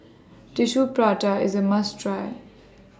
Tissue Prata IS A must Try